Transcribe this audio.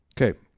Okay